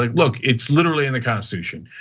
like look, it's literally in the constitution.